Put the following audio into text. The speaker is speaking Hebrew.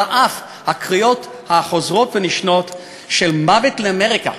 אף הקריאות החוזרות ונשנות של "מוות לאמריקה"